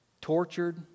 tortured